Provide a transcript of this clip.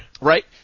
Right